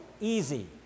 easy